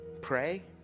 pray